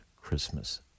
Christmas